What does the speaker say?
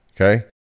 Okay